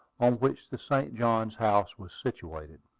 on which the st. johns house was situated.